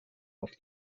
auf